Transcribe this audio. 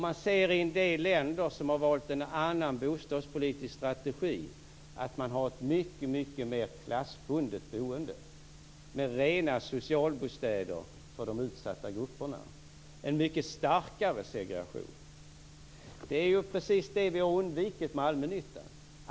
Man ser i en del länder, som har valt en annan bostadspolitisk strategi, att man har ett mycket mer klassbundet boende, med rena socialbostäder för de utsatta grupperna. Det är en mycket starkare segregation. Det är precis det vi har undvikit med allmännyttan.